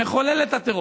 מחוללת הטרור,